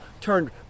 turned